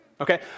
okay